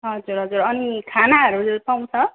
हजुर हजुर अनि खानाहरू पाउँछ